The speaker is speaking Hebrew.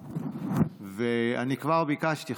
אני כבר ביקשתי,